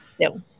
No